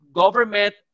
government